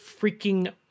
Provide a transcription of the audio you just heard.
freaking